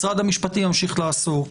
משרד המשפטים ימשיך לעסוק.